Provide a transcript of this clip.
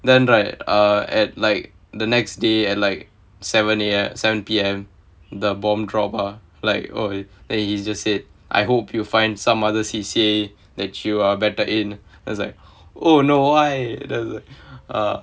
then right uh at like the next day at like seven A_M seven P_M the bomb drop ah like oh he he just said I hope you'll find some other C_C_A that you are better in then it's like oh no why the err